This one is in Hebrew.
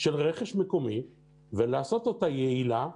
של רכש מקומי ולעשות אותה יעילה,